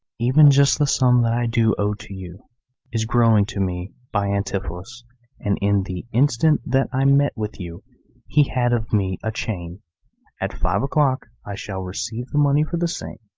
even just the sum that i do owe to you is growing to me by antipholus and in the instant that i met with you he had of me a chain at five o'clock i shall receive the money for the same.